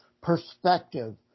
perspective